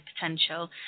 potential